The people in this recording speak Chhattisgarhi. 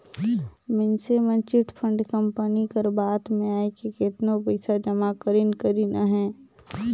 मइनसे मन चिटफंड कंपनी कर बात में आएके केतनो पइसा जमा करिन करिन अहें